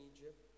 Egypt